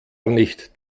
nicht